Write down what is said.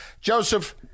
Joseph